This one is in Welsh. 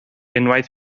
unwaith